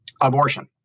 Abortion